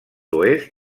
oest